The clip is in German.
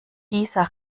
dieser